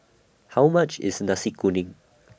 How much IS Nasi Kuning